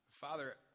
Father